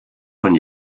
von